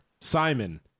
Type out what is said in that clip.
Simon